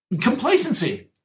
complacency